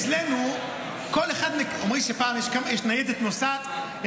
אצלנו אומרים שיש ניידת נוסעת,